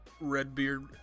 Redbeard